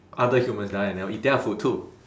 other humans die and then I'll eat their food too